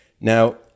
Now